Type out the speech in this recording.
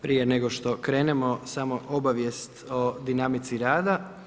Prije nego što krenemo samo obavijest o dinamici rada.